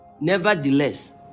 Nevertheless